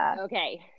Okay